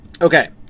Okay